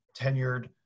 tenured